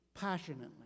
passionately